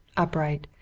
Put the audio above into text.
upright,